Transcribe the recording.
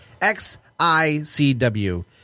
XICW